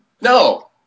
No